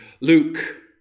Luke